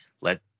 let